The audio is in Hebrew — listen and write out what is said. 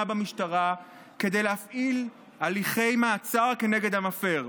במשטרה כדי להפעיל הליכי מעצר כנגד המפר.